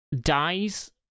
dies